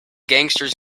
gangsters